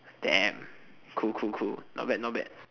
damn cool cool cool not bad not bad